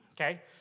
Okay